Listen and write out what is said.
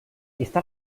está